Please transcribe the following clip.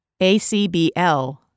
ACBL